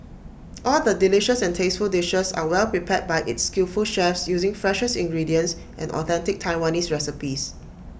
all the delicious and tasteful dishes are well prepared by its skillful chefs using freshest ingredients and authentic Taiwanese recipes